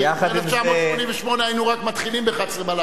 ב-1988 היינו רק מתחילים ב-23:00 את,